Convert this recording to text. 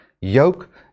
yoke